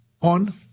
on